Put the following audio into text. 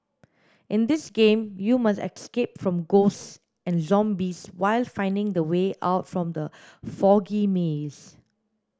in this game you must escape from ghosts and zombies while finding the way out from the foggy maze